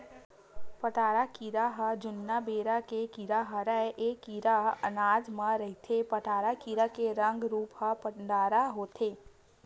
पताड़ा कीरा ह जुन्ना बेरा के कीरा हरय ऐ कीरा अनाज म रहिथे पताड़ा कीरा के रंग रूप ह पंडरा होथे